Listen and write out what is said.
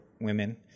women